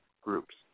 groups